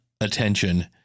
attention